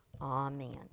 Amen